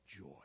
joy